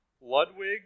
Ludwig